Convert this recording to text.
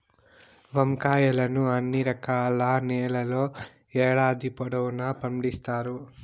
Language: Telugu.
వంకాయలను అన్ని రకాల నేలల్లో ఏడాది పొడవునా పండిత్తారు